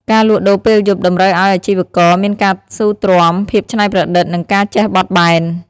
ការលក់ដូរពេលយប់តម្រូវឱ្យអាជីវករមានការស៊ូទ្រាំ ភាពច្នៃប្រឌិត និងការចេះបត់បែន។